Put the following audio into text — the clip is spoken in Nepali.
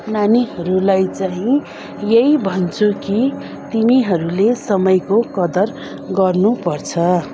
नानीहरूलाई चाहिँ यही भन्छु कि तिमीहरूले समयको कदर गर्नु पर्छ